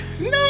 No